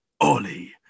Ollie